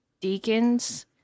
deacons